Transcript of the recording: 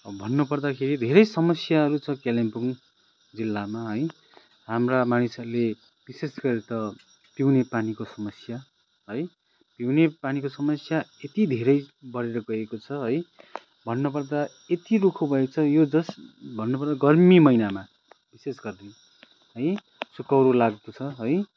भन्नुपर्दा खेरि धेरै समस्याहरू छ कालिम्पोङ जिल्लामा है हाम्रा मानिसहरूले विशेषगरि त पिउने पानीको समस्या है पिउने पानीको समस्या यति धेरै बढेर गएको छ है भन्नुपर्दा यति रुखो भएको छ जस्ट भन्नुपर्दा गर्मी महिनामा विशेष गरि है सुकाउरो लाग्दछ है